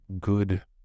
good